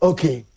Okay